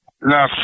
Now